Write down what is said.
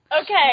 okay